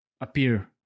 appear